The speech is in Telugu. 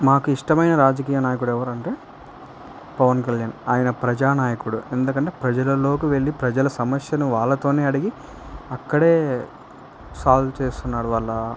మాకు ఇష్టమైన రాజకీయ నాయకుడు ఎవరు అంటే పవన్ కళ్యాణ్ ఆయన ప్రజా నాయకుడు ఎందుకంటే ప్రజలలోకి వెళ్ళి ప్రజల సమస్యను వాళ్ళతోనే అడిగి అక్కడే సాల్వ్ చేస్తున్నాడు వాళ్ళ